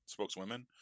spokeswomen